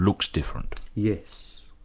looks different. yes,